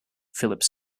phillips